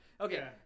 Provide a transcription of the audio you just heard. okay